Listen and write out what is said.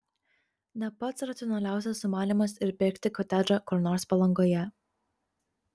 ne pats racionaliausias sumanymas ir pirkti kotedžą kur nors palangoje